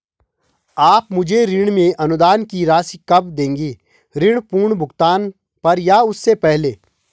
आप मुझे ऋण में अनुदान की राशि कब दोगे ऋण पूर्ण भुगतान पर या उससे पहले?